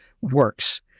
works